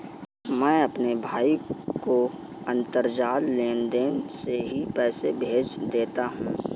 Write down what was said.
मैं अपने भाई को अंतरजाल लेनदेन से ही पैसे भेज देता हूं